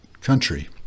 country